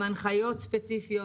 עם הנחיות ספציפיות,